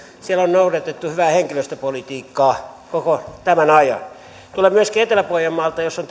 siellä on noudatettu hyvää henkilöstöpolitiikkaa koko tämän ajan tulen etelä pohjanmaalta jossa